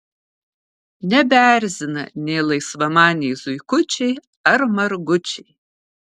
nebeerzina nė laisvamaniai zuikučiai ar margučiai